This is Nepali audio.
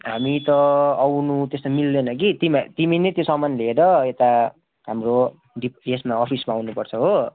हामी त आउनु त्यस्तो मिल्दैन कि तिमी तिमी नै त्यो सामान लिएर यता हाम्रो डिप फ्रेसमा अफिसमा आउनु पर्छ हो